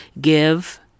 give